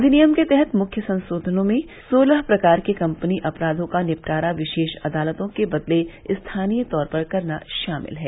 अधिनियम के तहत मुख्य संशोधनों में सोलह प्रकार के कपनी अपराधों का निपटारा विशेष अदालतों के बदले स्थानीय तौर पर करना शामिल है